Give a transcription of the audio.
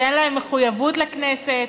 שאין להם מחויבות לכנסת,